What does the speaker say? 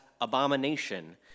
abomination